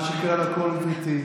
משפיע על הקול, גברתי,